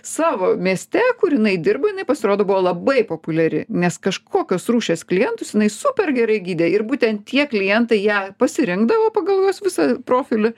savo mieste kur jinai dirba jinai pasirodo buvo labai populiari nes kažkokios rūšies klientus jinai super gerai gydė ir būtent tie klientai ją pasirinkdavo pagal jos visą profilį